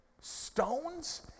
Stones